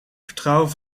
vertrouwen